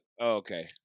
okay